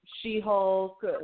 She-Hulk